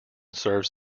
serves